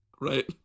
Right